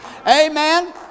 Amen